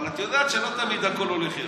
אבל את יודעת שלא תמיד הכול הולך יחד.